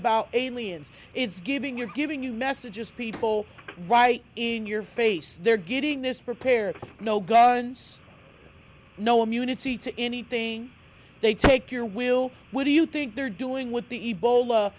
about aliens it's giving you're giving you messages people right in your face they're getting this repaired no guns no immunity to anything they take your will what do you think they're doing with the ebo